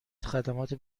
خدمات